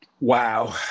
Wow